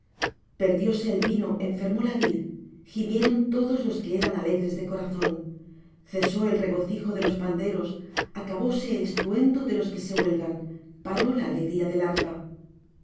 hombres perdióse el vino enfermó la vid gimieron todos los que eran alegres de corazón cesó el regocijo de los panderos acabóse el estruendo de los que se huelgan paró la alegría del arpa